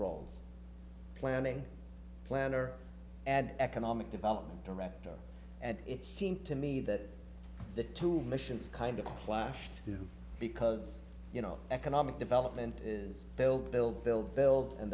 roles planning planner and economic development director and it seemed to me that the two missions kind of clash because you know economic development is build build build build and